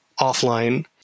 offline